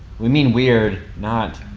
we mean weird, not.